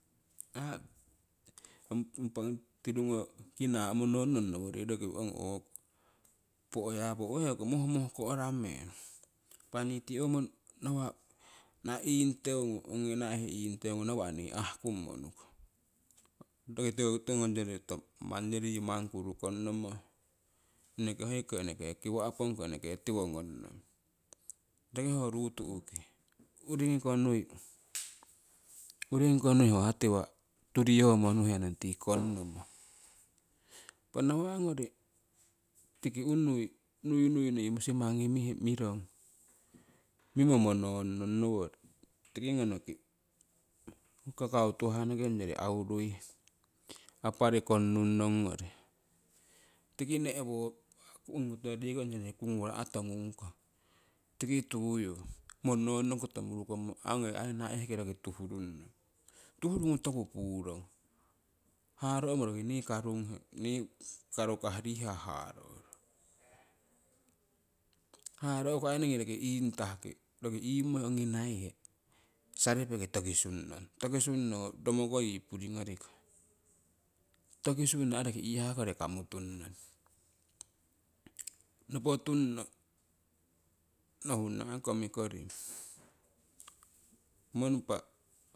Impa ong tirungoko kinnah monon nong nowori roki ong o'ko po'yapo ho yaki mohmohko'ra meng. Impa nii tii owo nawa' iingteungu ongi naihe iingteungu nawa'nii ahkummo nukong doki tiko ongyori ngoto onyori yii mankuru konnomo eneke hokiko eneke kiwponko eneke tiwo ngongnong roki ho ruu tu'ki. Uringiko nui uringoko nui ho hewa tiwa' turiyomo nuhenong tii konnomo. Impa nawa'ngori tiki unui nui nii musimangi mirong, mimmo mononong ho nowori tiki ngonoki ho kakau tuhahnoki ongyori aurui aparii konungnongyori tiki nehwoyu ongigoto ho yori kunurah tongunkong tiki tuyu monono koto murukomo aii naiheki roki tuuhrunnong tuuhrungu toku purong haaro'mo roki nii karunghe. niikarukah rihah haro'rong haaro'ku aii ningii riko iingtahki roki ingmoi ongi niahe saripiki tokisunnong, tokisunno rommoko yii puringoriko tokisunno aii roki iihaa kori kamutungnong, nopotunno nohunnong ai komikoring